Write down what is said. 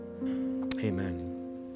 Amen